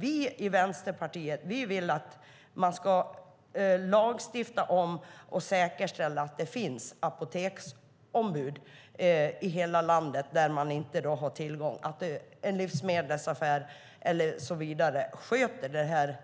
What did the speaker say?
Vi i Vänsterpartiet vill att man ska lagstifta och säkerställa att det finns apoteksombud i hela landet där människor inte har tillgång till apotek så att en livsmedelsaffär eller liknande sköter